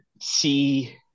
see